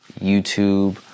YouTube